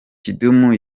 kidumu